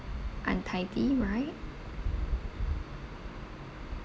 untidy right